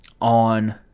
on